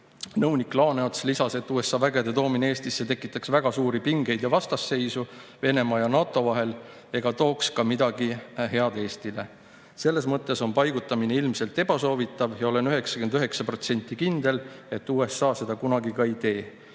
nõunik Laaneots lisas, et USA vägede toomine Eestisse tekitaks väga suuri pingeid ja vastasseisu Venemaa ja NATO vahel ega tooks Eestile midagi head. "Selles mõttes on paigutamine ilmselt ebasoovitav ja olen 99 protsenti kindel, et USA seda kunagi ka ei tee.